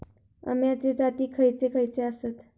अम्याचे जाती खयचे खयचे आसत?